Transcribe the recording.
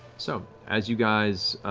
so as you guys